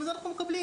את זה אנחנו מקבלים.